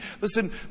Listen